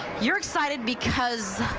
you're excited because.